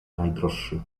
najdroższy